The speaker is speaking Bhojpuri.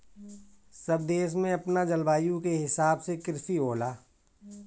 सब देश में अपना जलवायु के हिसाब से कृषि होला